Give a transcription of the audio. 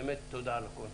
באמת תודה על הכול.